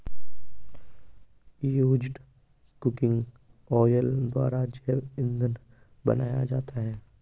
used cooking oil द्वारा जैव इंधन बनाया जाता है